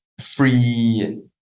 free